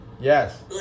Yes